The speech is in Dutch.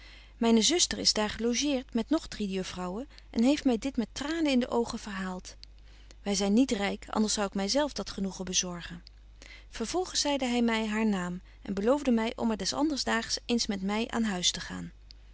myne zuster is daar gelogeert met nog drie juffrouwen en heeft my dit met tranen in de oogen verhaalt wy zyn niet ryk anders zou ik my zelf dat genoegen bezorgen vervolgens zeide hy my haar naam en beloofde my om er des anderdaags eens met my aan huis te gaan